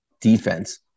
defense